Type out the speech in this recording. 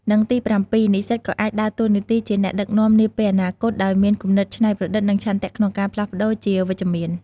និងទីប្រាំពីរ និស្សិតក៏អាចដើរតួនាទីជាអ្នកដឹកនាំនាពេលអនាគត ដោយមានគំនិតច្នៃប្រឌិត និងឆន្ទៈក្នុងការផ្លាស់ប្ដូរជាវិជ្ជមាន។